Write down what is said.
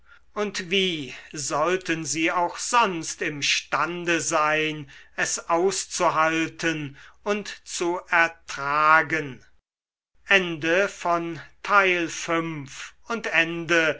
und wie sollten sie auch sonst imstande sein es auszuhalten und zu ertragen